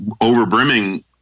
overbrimming